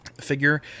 figure